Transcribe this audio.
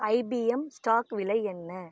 IBM stock விலை என்ன